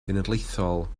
genedlaethol